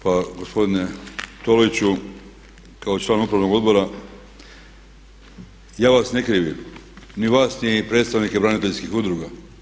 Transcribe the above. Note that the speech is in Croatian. Pa gospodine Toliću kao član upravnog odbora ja vas ne krivim, ni vas ni predstavnike braniteljskih udruga.